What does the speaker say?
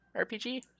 RPG